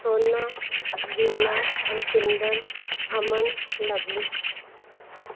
ਸੋਨਾ ਵੀਨਾ ਰੁਪਿੰਦਰ ਅਮਨ ਲਵਲੀ